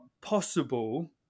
possible